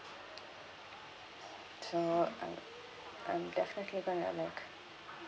so I I'm definitely gonna like